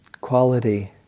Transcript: quality